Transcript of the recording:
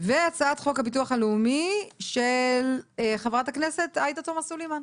והצעת חוק הביטוח הלאומי של חברת הכנסת עאידה תומא סלימאן.